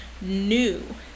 new